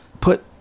put